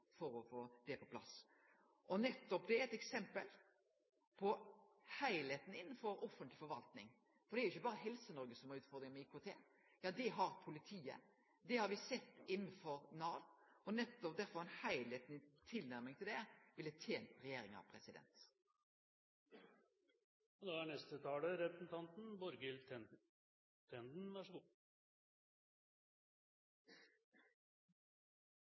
for å få det på plass. Nettopp det er eit eksempel på heilskapen innanfor offentleg forvalting, for det er ikkje berre Helse-Noreg som har utfordringar med IKT. Det har politiet, det har me sett innanfor Nav og derfor ville ei heilskapleg tilnærming til det ha tent regjeringa.